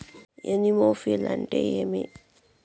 Anemophily అంటే ఏంటి?